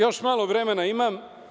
Još malo vremena imam.